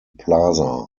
plaza